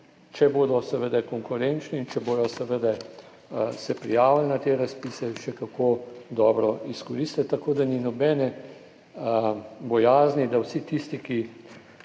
če bodo seveda konkurenčni in če se bodo prijavili na te razpise, še kako dobro izkoristili. Tako da ni nobene bojazni, vsi tisti, ki